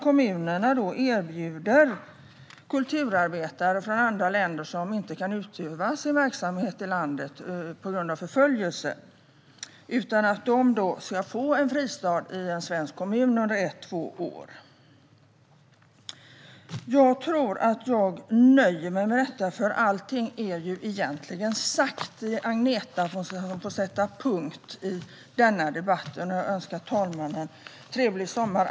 Kommunerna erbjuder kulturarbetare från andra länder som inte kan utöva sin verksamhet i landet på grund av förföljelse en fristad i en svensk kommun under ett eller två år. Jag tror att jag nöjer mig med detta, för allt är ju egentligen sagt. Agneta får sätta punkt i denna debatt, och jag önskar talmannen en trevlig sommar!